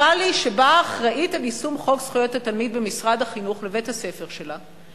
שבאה האחראית ליישום חוק זכויות התלמיד במשרד החינוך לבית הספר שלה,